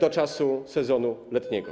do czasu sezonu letniego.